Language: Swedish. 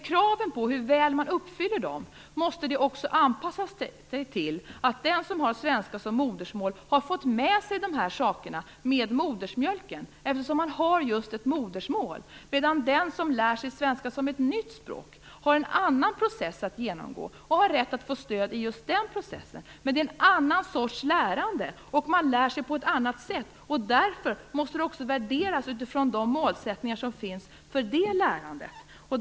Kraven på hur väl dessa krav uppfylls måste anpassas efter att den som har svenska som modersmål har fått med sig dessa saker med modersmjölken, eftersom svenskan är just modersmålet, medan den som lär sig svenska som ett nytt språk har en annan process att genomgå och har rätt att få stöd i just den processen. Men det handlar om en annan sorts lärande, och man lär sig på ett annat sätt. Därför måste det också värderas utifrån de målsättningar som finns för just det lärandet.